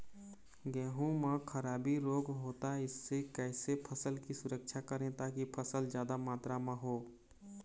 गेहूं म खराबी रोग होता इससे कैसे फसल की सुरक्षा करें ताकि फसल जादा मात्रा म हो?